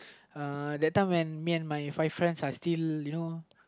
uh that time when me and my five friends are still you know